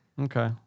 Okay